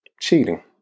cheating